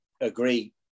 agree